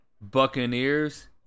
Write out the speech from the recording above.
buccaneers